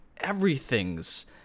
everything's